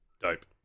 Dope